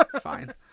Fine